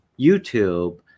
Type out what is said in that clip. YouTube